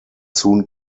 soon